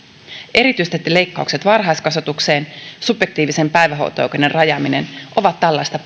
erityisesti leikkaukset varhaiskasvatukseen ja subjektiivisen päivähoito oikeuden rajaaminen ovat tällaista